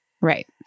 Right